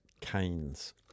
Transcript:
Canes